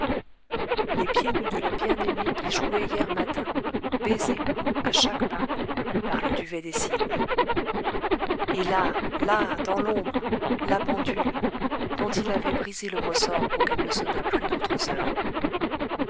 les pieds nus de la bien-aimée y jouaient hier matin baisés à chaque pas par le duvet des cygnes et là là dans l'ombre la pendule dont il avait brisé le ressort pour qu'elle ne sonnât plus d'autres heures